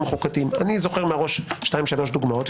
החוקתיים - אני זוכר מראש שתיים שלוש דוגמאות,